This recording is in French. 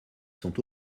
sont